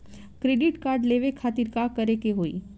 Credit card लेवे खातिर का करे के होई?